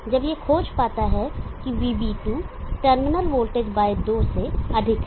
जब यह खोज पाता है कि VB2 टर्मिनल वोल्टेज 2 से अधिक है